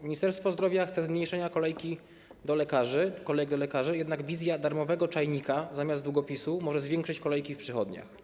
Ministerstwo Zdrowia chce zmniejszenia kolejek do lekarzy, jednak wizja darmowego czajnika zamiast długopisu może zwiększyć kolejki w przychodniach.